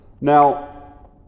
Now